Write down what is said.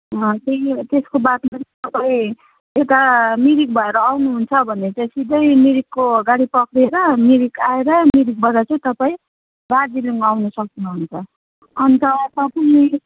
त्यसको बादमा फेरि तपाईँ यता मिरिक भएर आउनुहुन्छ भने चाहिँ सिधै मिरिकको गाडी पक्रेर मिरिक आएर मिरिकबाट चाहिँ तपाईँ दार्जिलिङ आउनु सक्नुहुन्छ अनि त